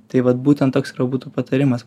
tai vat būtent toks būtų patarimas